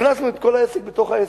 הכנסנו את כל העסק בתוך העסק.